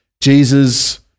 Jesus